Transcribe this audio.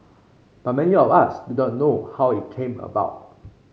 but many of us do not know how it came about